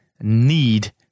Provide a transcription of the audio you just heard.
need